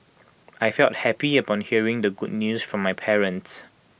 I felt happy upon hearing the good news from my parents